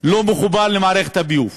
לא מחובר למערכת הביוב,